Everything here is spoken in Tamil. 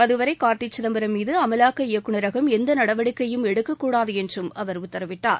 அதுவரை கார்த்தி சிதம்பரம் மீது அமலாக்க இயக்குநரகம் எந்த நடவடிக்கையும் எடுக்கக்கூடாது என்றும் அவர் உத்தரவிட்டார்